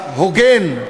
ההוגן,